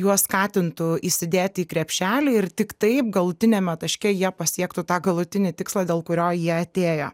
juos skatintų įsidėti į krepšelį ir tik taip galutiniame taške jie pasiektų tą galutinį tikslą dėl kurio jie atėjo